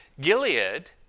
Gilead